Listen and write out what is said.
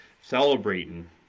celebrating